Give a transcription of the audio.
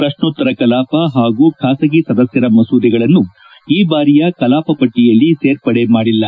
ಪ್ರಶ್ನೋತ್ತರ ಕಲಾಪ ಹಾಗೂ ಖಾಸಗಿ ಸದಸ್ಯರ ಮಸೂದೆಗಳನ್ನು ಈ ಬಾರಿಯ ಕಲಾಪ ಪಟ್ಟಿಯಲ್ಲಿ ಸೇರ್ಪಡೆ ಮಾಡಿಲ್ಲ